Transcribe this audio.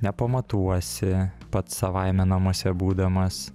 nepamatuosi pats savaime namuose būdamas